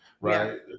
right